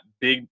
big